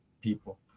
people